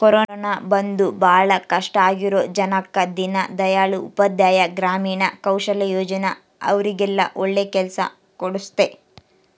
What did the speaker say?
corona ಬಂದು ಭಾಳ ಕಷ್ಟ ಆಗಿರೋ ಜನಕ್ಕ ದೀನ್ ದಯಾಳ್ ಉಪಾಧ್ಯಾಯ ಗ್ರಾಮೀಣ ಕೌಶಲ್ಯ ಯೋಜನಾ ಅವ್ರಿಗೆಲ್ಲ ಒಳ್ಳೆ ಕೆಲ್ಸ ಕೊಡ್ಸುತ್ತೆ